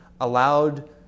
allowed